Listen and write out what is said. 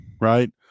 right